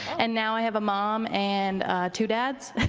and now i have a mom and two dads.